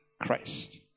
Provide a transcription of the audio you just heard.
Christ